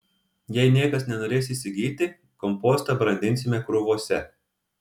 jei niekas nenorės įsigyti kompostą brandinsime krūvose